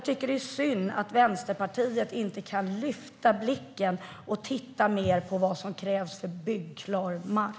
Det är synd att Vänsterpartiet inte kan lyfta blicken och titta mer på vad som krävs för byggklar mark.